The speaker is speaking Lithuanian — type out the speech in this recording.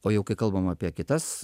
o jau kai kalbam apie kitas